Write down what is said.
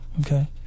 Okay